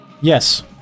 Yes